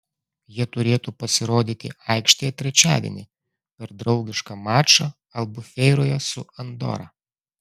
jie turėtų pasirodyti aikštėje trečiadienį per draugišką mačą albufeiroje su andora